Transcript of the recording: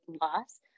loss